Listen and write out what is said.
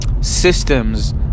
systems